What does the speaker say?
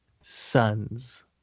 sons